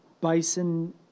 bison